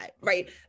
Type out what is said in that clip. right